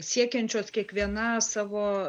siekiančios kiekviena savo